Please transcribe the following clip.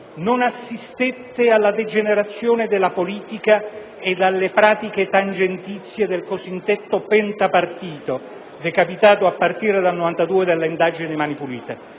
Non assistette alla degenerazione della politica ed alle pratiche tangentizie del cosiddetto pentapartito, decapitato a partire da 1992 dalle indagini di Mani pulite.